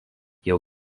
jau